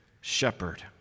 shepherd